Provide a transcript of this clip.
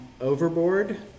overboard